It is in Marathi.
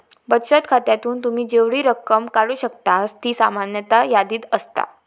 बचत खात्यातून तुम्ही जेवढी रक्कम काढू शकतास ती सामान्यतः यादीत असता